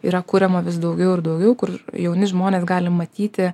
yra kuriama vis daugiau ir daugiau kur jauni žmonės gali matyti